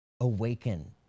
awaken